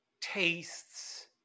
tastes